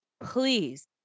please